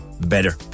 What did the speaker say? better